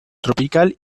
tropical